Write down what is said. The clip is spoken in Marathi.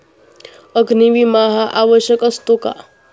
अग्नी विमा हा आवश्यक असतो का?